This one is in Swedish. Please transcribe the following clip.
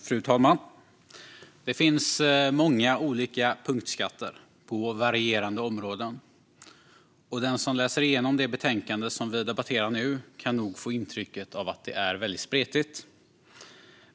Fru talman! Det finns många olika punktskatter på varierande områden. Den som läser igenom det betänkande som vi nu debatterar kan nog få intrycket att det är väldigt spretigt.